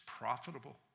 profitable